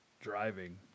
driving